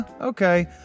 okay